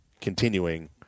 continuing